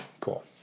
cool